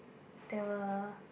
there were